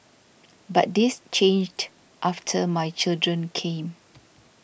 but this changed after my children came